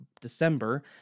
December